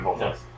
Yes